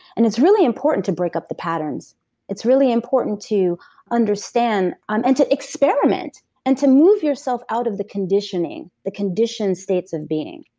and it's really important to break up the patterns it's really important to understand um and to experiment and to move yourself out of the conditioning, the conditioned states of being.